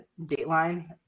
Dateline